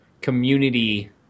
community